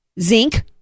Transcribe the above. zinc